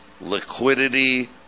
liquidity